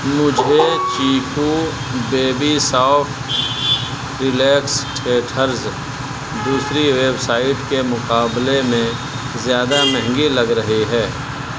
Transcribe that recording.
مجھے Chicco baby soft relax teethers دوسری website کے مقابلے میں زیادہ مہنگے لگ رہے ہے